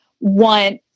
want